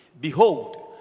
Behold